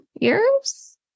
years